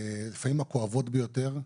לפעמים הכואבות ביותר,